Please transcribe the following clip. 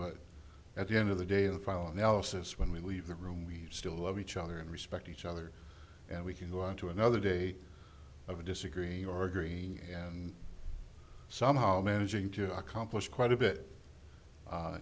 but at the end of the day of the final analysis when we leave the room we still love each other and respect each other and we can go on to another day of disagree or agree and somehow managing to accomplish quite a bit